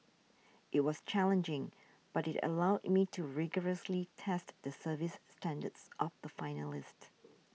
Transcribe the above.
it was challenging but it allowed me to rigorously test the service standards of the finalist